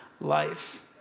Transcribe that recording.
life